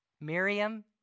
Miriam